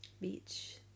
beach